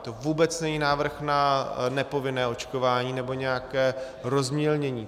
To vůbec není návrh na nepovinné očkování nebo nějaké rozmělnění.